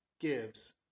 gives